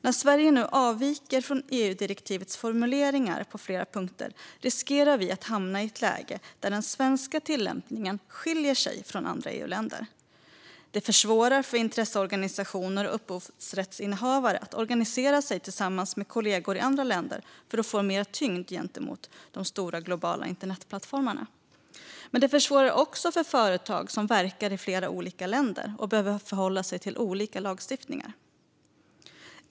När Sverige nu avviker från EU-direktivets formuleringar på flera punkter riskerar vi att hamna i ett läge där den svenska tillämpningen skiljer sig från andra EU-länders. Det försvårar för intresseorganisationer och upphovsrättsinnehavare att organisera sig tillsammans med kollegor i andra länder för att få mer tyngd gentemot de stora globala internetplattformarna. Det försvårar också för företag som verkar i flera olika länder och behöver förhålla sig till olika lagstiftningar.